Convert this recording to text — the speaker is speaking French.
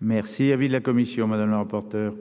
Merci, avis de la commission madame la rapporteure.